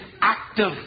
active